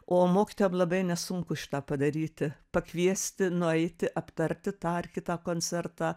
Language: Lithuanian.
o mokytojam labai nesunku šitą padaryti pakviesti nueiti aptarti tą ar kitą koncertą